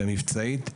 המבצעית,